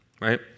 right